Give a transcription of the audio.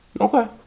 okay